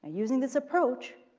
using this approach,